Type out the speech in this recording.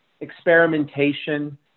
experimentation